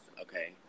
Okay